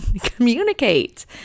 communicate